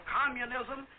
communism